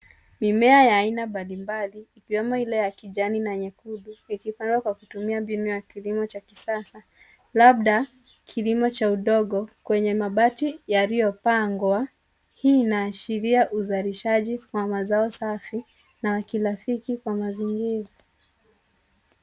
Mimea ya aina mbali mbali ikiwemo ile ya kijani na nyekundu ikipandwa kwa kutumia mbinu ya kilimo cha kisasa labda kilimo cha udongo kwenye mabati yaliyopangwa. Hii inaashiria uzalishaji wa mazao safi na wa kirafiki kwa mazingira.